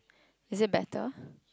is it better